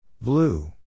Blue